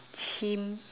chim